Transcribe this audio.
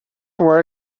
were